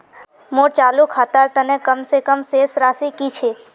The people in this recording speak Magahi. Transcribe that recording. मोर चालू खातार तने कम से कम शेष राशि कि छे?